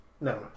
No